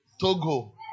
Togo